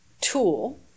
tool